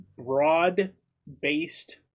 Broad-based